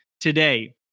today